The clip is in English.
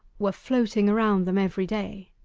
were floating around them every day.